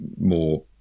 more